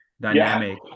dynamic